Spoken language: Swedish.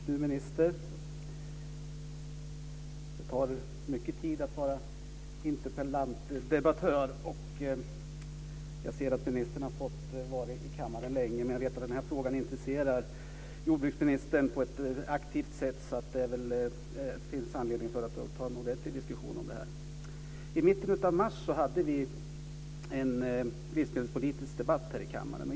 Fru talman! Fru minister! Det tar mycket tid att vara debattör, och ministern har fått vara länge i kammaren, men jag vet att den här frågan intresserar jordbruksministern. Det finns därför anledning att ha en ordentlig diskussion om detta. I mitten av mars hade vi en livsmedelspolitisk debatt här i kammaren.